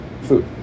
food